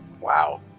Wow